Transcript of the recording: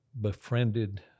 befriended